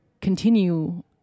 continue